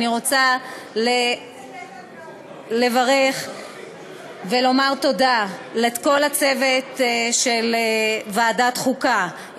אני רוצה לברך ולומר תודה לכל הצוות של ועדת החוקה,